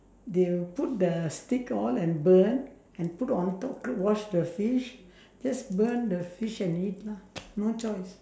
they'll put the stick all and burn and put on top to wash the fish just burn the fish and eat lah no choice